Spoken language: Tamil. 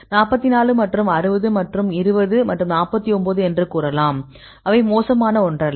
44 மற்றும் 60 மற்றும் 20 மற்றும் 49 என்று கூறலாம் அவை மோசமான ஒன்றல்ல